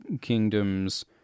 kingdoms